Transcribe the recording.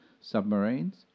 submarines